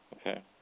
Okay